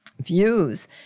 views